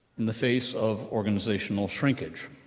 in the face of organizational shrinkage.